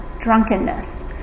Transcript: drunkenness